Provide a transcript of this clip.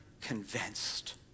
convinced